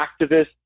activists